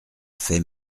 fait